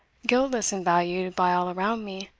guiltless and valued by all around me,